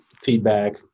feedback